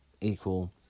equal